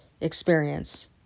experience